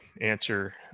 answer